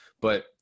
But-